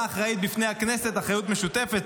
אחראית בפני הכנסת אחריות משותפת,